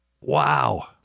Wow